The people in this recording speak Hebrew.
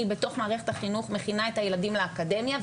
אני בתוך מערכת החינוך מכינה את הילדים לאקדמיה,